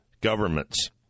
governments